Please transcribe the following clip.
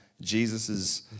Jesus's